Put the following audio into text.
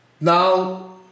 Now